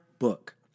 book